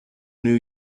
new